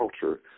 culture